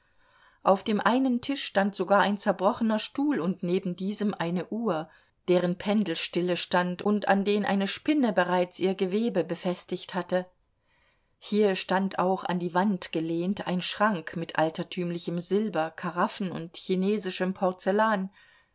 auf dem einen tisch stand sogar ein zerbrochener stuhl und neben diesem eine uhr deren pendel stille stand und an den eine spinne bereits ihr gewebe befestigt hatte hier stand auch an die wand gelehnt ein schrank mit altertümlichem silber karaffen und chinesischem porzellan